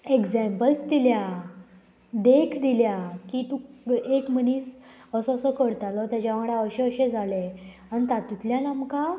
examples दिल्या देख दिल्या की तुका एक मनीस असो असो करतालो तेज्या वांगडा अशें अशें जालें आनी तातूंतल्यान आमकां